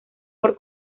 por